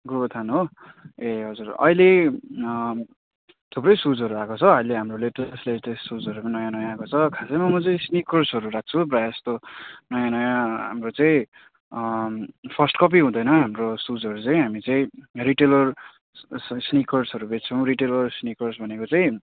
गोरुबथान हो ए हजुरअहिले थुप्रै सुजहरू आएको छ अहिले हाम्रो लेटेस्ट लेटेस्ट सुजहरू पनि नयाँ नयाँ आएको छ खासैमा म चाहिँ स्निकर्सहरू राख्छु प्राय जस्तो नयाँ नयाँ हाम्रो चाहिँ फर्स्ट कपी हुँदैन हाम्रो सुजहरू चाहिँ हामी चाहिँ रिटेलर स्निकर्सहरू बेच्छौँ रिटेलर स्निकर्स भनेको चाहिँ